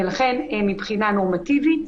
ולכן, מבחינה נורמטיבית,